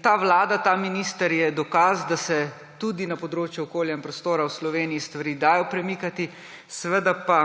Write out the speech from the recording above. Ta vlada, ta minister sta dokaz, da se tudi na področju okolja in prostora v Sloveniji stvari dajo premikati, seveda pa